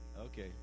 Okay